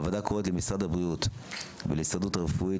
הוועדה קוראת למשרד הבריאות ולהסתדרות הרפואית,